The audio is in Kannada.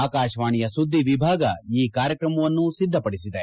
ಆಕಾಶವಾಣಿಯ ಸುದ್ದಿ ವಿಭಾಗ ಈ ಕಾರ್ಯಕ್ರಮವನ್ನು ಸಿದ್ದಪಡಿಸಿದೆ